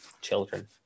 children